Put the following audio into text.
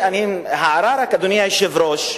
רק הערה, אדוני היושב-ראש.